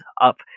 up